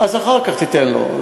אז אחר כך תיתן לו.